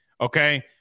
Okay